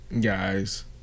Guys